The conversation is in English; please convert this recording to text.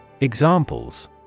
Examples